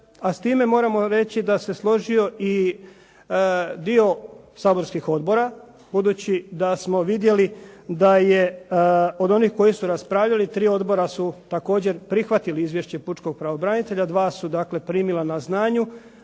a s time moramo reći da se složio i dio saborskih odbora, budući da smo vidjeli da je od onih koji su raspravljali tri odbora su također prihvatila izvješće pučkog pravobranitelja, dva su dakle primila na znanje,